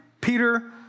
Peter